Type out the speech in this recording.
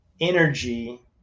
energy